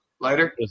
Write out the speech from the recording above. Lighter